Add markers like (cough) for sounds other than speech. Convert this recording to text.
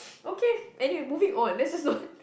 (noise) okay anyway moving on let's just not (laughs)